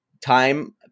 time